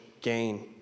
gain